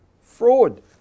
fraud